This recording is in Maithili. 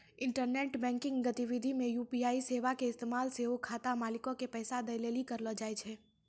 इंटरनेट बैंकिंग गतिविधि मे यू.पी.आई सेबा के इस्तेमाल सेहो खाता मालिको के पैसा दै लेली करलो जाय छै